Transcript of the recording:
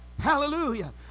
Hallelujah